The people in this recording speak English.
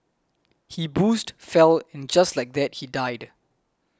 he boozed fell and just like that he died